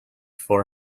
for